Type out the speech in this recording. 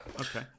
Okay